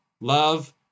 Love